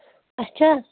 اچھا